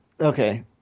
Okay